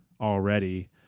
already